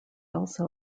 also